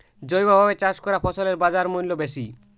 জৈবভাবে চাষ করা ফসলের বাজারমূল্য বেশি